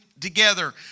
together